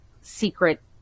secret